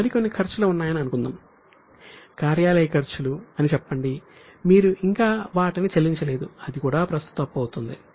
మరికొన్ని ఖర్చులు ఉన్నాయని అనుకుందాం అది కార్యాలయ ఖర్చులు అని అనుకుందాం మీరు ఇంకా వాటిని చెల్లించలేదు అది కూడా ప్రస్తుత అప్పు అవుతుంది